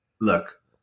look